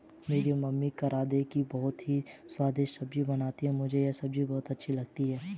मेरी मम्मी करौंदे की बहुत ही स्वादिष्ट सब्जी बनाती हैं मुझे यह सब्जी बहुत अच्छी लगती है